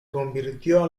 convirtió